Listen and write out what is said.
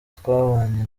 twabanye